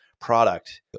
product